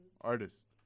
artist